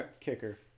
kicker